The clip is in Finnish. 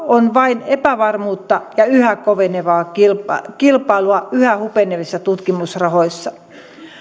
on tarjolla vain epävarmuutta ja yhä kovenevaa kilpailua kilpailua yhä hupenevista tutkimusrahoista